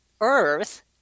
Earth